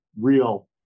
real